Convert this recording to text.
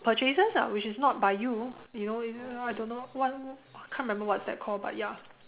purchases lah which is not by you you know I I don't know what can't remember what's that called but ya